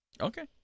Okay